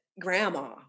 grandma